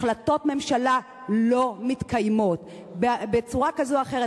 החלטות ממשלה לא מתקיימות בצורה כזאת אחרת,